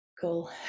cool